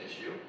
issue